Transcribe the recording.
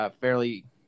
fairly –